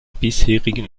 bisherigen